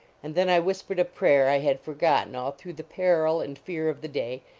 and then i whispered a prayer i had forgotten all through the peril and fear of the day,